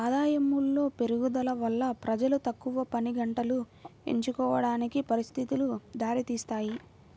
ఆదాయములో పెరుగుదల వల్ల ప్రజలు తక్కువ పనిగంటలు ఎంచుకోవడానికి పరిస్థితులు దారితీస్తాయి